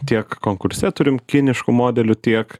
tiek konkurse turim kiniškų modelių tiek